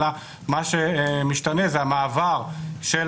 אלא מה שמשתנה זה המעבר של